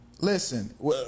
Listen